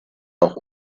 auch